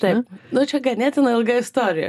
taip nu čia ganėtinai ilga istorija